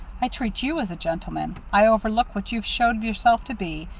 i treat you as a gentleman. i overlook what you've showed yourself to be.